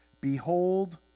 Behold